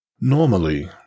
Normally